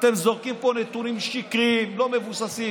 אתם זורקים פה נתונים שקריים, לא מבוססים,